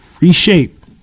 reshape